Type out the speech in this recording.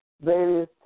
Various